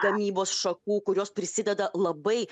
gamybos šakų kurios prisideda labai